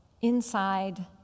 inside